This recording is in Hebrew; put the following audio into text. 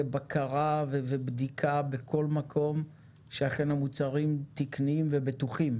בקרה בכל מקום שאכן המוצרים תקניים ובטוחים,